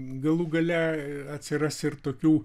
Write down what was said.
galų gale atsiras ir tokių